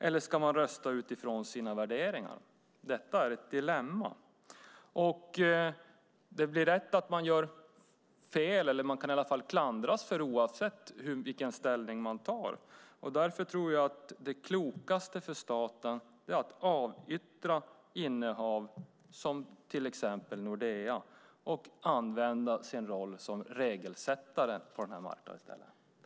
Eller ska man rösta utifrån sina värderingar? Detta är ett dilemma. Det är lätt att göra fel, eller man kan klandras oavsett vilken ställning man tar. Därför tror jag att det klokaste för staten är att avyttra innehav som till exempel Nordea och använda sin roll som regelsättare på den här marknaden i stället.